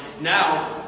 Now